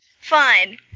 Fine